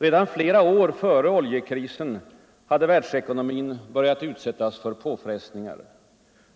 Redan flera år före oljekrisen hade världsekonomin börjat utsättas för påfrestningar.